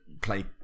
play